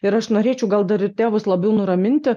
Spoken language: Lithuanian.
ir aš norėčiau gal dar ir tėvus labiau nuraminti